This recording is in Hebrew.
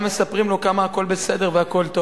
מספרים לו כמה הכול בסדר והכול טוב.